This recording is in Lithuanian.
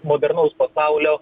modernaus pasaulio